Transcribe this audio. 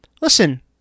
listen